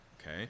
okay